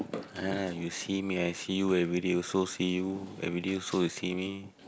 ah you see me I see you everyday also see you everyday also you see me